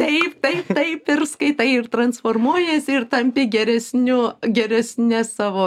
taip taip taip ir skaitai ir transformuojiesi ir tampi geresniu geresne savo